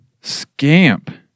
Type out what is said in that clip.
Scamp